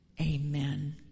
Amen